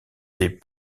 des